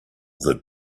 that